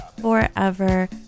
forever